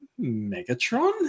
Megatron